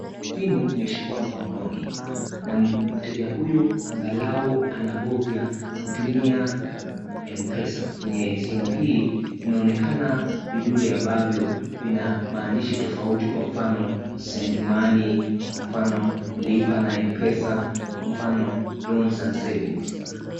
Simu imeshikwa mkononi na mteja huyu angalau anabofya kutumia mpesa. Kwenye simu hii, inaonekana vidude ambavyo vina maandishi tofauti kwa mfano send money , kwa mfano lipa na mpesa, kwa mfano loans and savings .